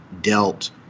dealt